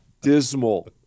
dismal